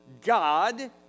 God